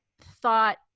thought